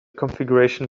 configuration